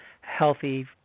healthy